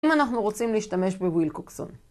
אם אנחנו רוצים להשתמש בוויל קוקסון